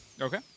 Okay